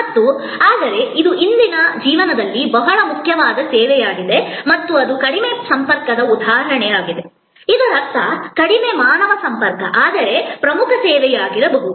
ಮತ್ತು ಆದರೆ ಇದು ಇಂದಿನ ಜೀವನದಲ್ಲಿ ಬಹಳ ಮುಖ್ಯವಾದ ಸೇವೆಯಾಗಿದೆ ಮತ್ತು ಅದು ಕಡಿಮೆ ಸಂಪರ್ಕದ ಉದಾಹರಣೆಯಾಗಿದೆ ಇದರರ್ಥ ಕಡಿಮೆ ಮಾನವ ಸಂಪರ್ಕ ಆದರೆ ಪ್ರಮುಖ ಸೇವೆಯಾಗಿರಬಹುದು